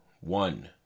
one